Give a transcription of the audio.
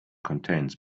contains